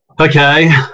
Okay